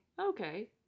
okay